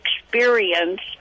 experience